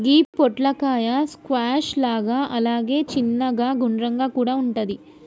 గి పొట్లకాయ స్క్వాష్ లాగా అలాగే చిన్నగ గుండ్రంగా కూడా వుంటది